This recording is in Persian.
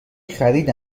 خرید